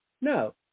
No